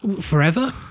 Forever